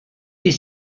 est